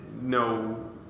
no